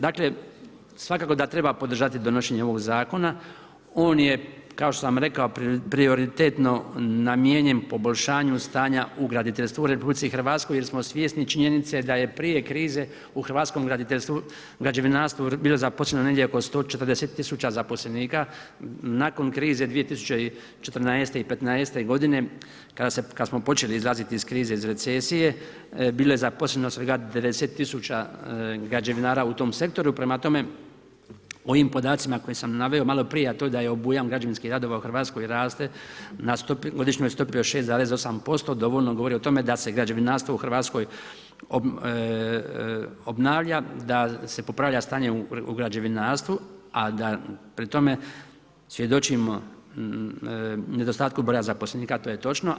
Dakle svakako da treba podržati donošenje ovog zakona, on je, kao što sam rekao prioritetno namijenjen poboljšanju stanja u graditeljstvu u RH jer smo svjesni činjenice da je prije krize u hrvatskom građevinarstvu bilo zaposleno negdje oko 140 000 zaposlenika, nakon krize 2014. i '15. godine kada smo počeli izlaziti iz krize, iz recesije bilo zaposleno svega 90 000 građevinara u tom sektoru, prema tome ovim podacima koje sam naveo maloprije, a to je da je obujam građevinskih radova u Hrvatskoj raste na godišnjoj stopi od 6,8% dovoljno govori o tome da se građevinarstvo u Hrvatskoj obnavlja, da se popravlja stanje u građevinarstvu, a da pri tome svjedočimo nedostatku broja zaposlenika, to je točno.